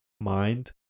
mind